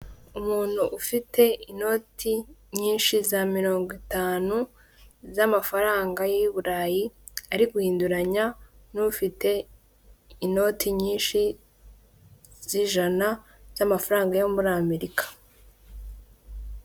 Umuntu ufite inoti nyinshi za mirongo itanu, z'amafaranga y'Iburayi ari guhinduranya n'ufite inoti nyinshi z'ijana z'amafaranga yo muri Amerika.